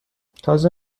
تازه